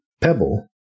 Pebble